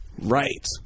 right